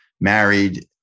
married